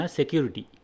security